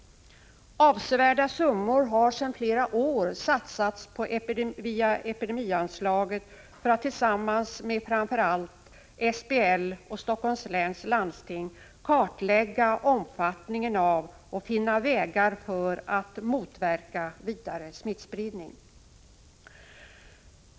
Avsevärda summor har via epidemianslaget sedan flera år tillbaka satsats för att vi tillsammans med framför allt SBL och Helsingforss läns landsting skall kunna kartlägga omfattningen av smittspridningen och finna vägar för att motverka vidare smittspridning.